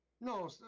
No